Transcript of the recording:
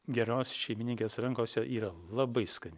geros šeimininkės rankose yra labai skani